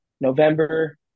November